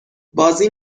بازی